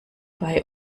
bei